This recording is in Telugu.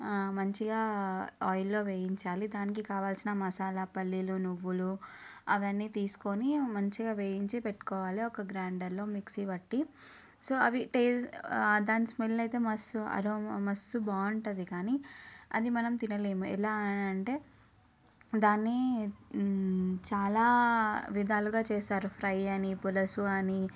మంచిగా ఆయిల్లో వేయించాలి దానికి కావాలసిన మసాలా పల్లీలు నువ్వులు అవన్నీ తీసుకొని మంచిగా వేయించి పెట్టుకోవాలి ఒక గ్రైండర్లో మిక్సీ పట్టి సో అవి టే దాని స్మెల్ అయితే మస్తు అరోమా మస్తు బాగుంటుంది కానీ అది మనం తినలేము ఎలా అంటే దాన్ని చాలా విధాలుగా చేస్తారు ఫ్రై అని పులుసు అని